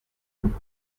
vous